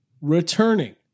returning